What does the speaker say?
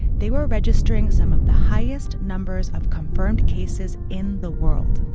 they were registering some of the highest numbers of confirmed cases in the world.